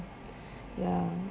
ya